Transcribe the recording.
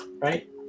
right